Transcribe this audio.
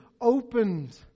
opened